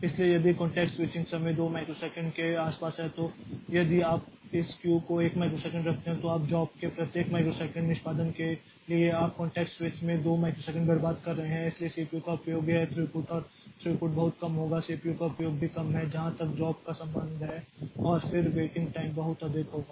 इसलिए यदि context switching समय 2 माइक्रोसेकंड के आसपास है तो यदि आप इस q को 1 माइक्रोसेकंड रखते हैं तो आप जॉब के प्रत्येक माइक्रोसेकंड निष्पादन के लिए आप कॉंटेक्स्ट स्विच में 2 माइक्रोसेकंड बर्बाद कर रहे हैं इसलिए सीपीयू का उपयोग यह थ्रूपुट और थ्रूपुट बहुत कम होगा सीपीयू का उपयोग भी कम है जहाँ तक जॉब का संबंध है और फिर वेटिंग टाइम बहुत अधिक होगा